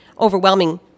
overwhelming